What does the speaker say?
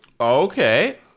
Okay